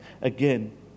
again